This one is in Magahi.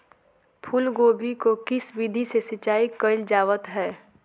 फूलगोभी को किस विधि से सिंचाई कईल जावत हैं?